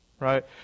Right